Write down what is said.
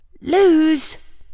Lose